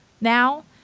now